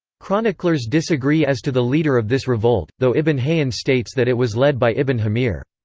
chroniclers disagree as to the leader of this revolt, though ibn hayyan states that it was led by ibn hamir.